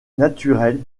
naturelle